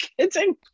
kidding